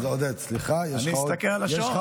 אני אסתכל על השעון.